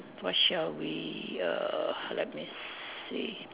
what shall we err let me see